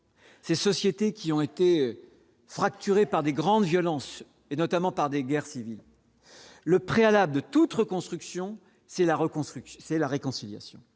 Ces sociétés qui ont été fracturées par des grandes violences et notamment par des guerres civiles le préalable de toute reconstruction c'est la reconstruction,